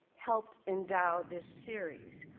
helped endow this series,